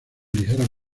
ligeras